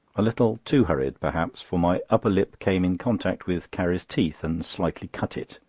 a little too hurried, perhaps, for my upper lip came in contact with carrie's teeth and slightly cut it.